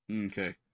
Okay